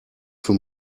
für